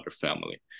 family